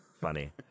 funny